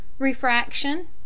Refraction